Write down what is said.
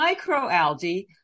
microalgae